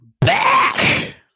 Back